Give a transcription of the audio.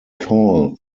call